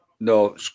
No